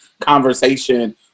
conversation